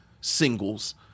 singles